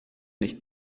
nicht